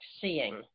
seeing